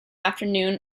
afternoon